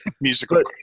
musical